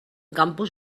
campus